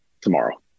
tomorrow